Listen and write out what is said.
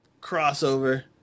crossover